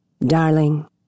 Darling